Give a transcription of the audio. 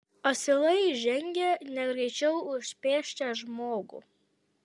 asilai žengė negreičiau už pėsčią žmogų